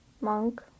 monk